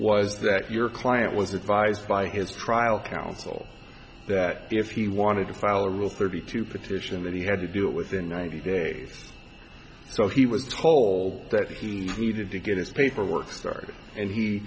was that your client was advised by his trial counsel that if he wanted to file a rule thirty to petition that he had to do it within ninety days so he was told that he needed to get his paperwork started and he